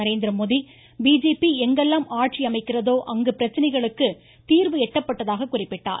Narendra Modi BJP எங்கெல்லாம் ஆட்சி அமைக்கிறதோ அங்கு பிரச்சினைகளுக்கு தீர்வு எட்டப்பட்டதாக குறிப்பிட்டார்